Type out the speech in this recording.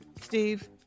Steve